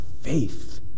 faith